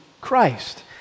Christ